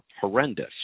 horrendous